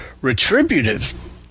Retributive